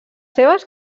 seves